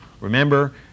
remember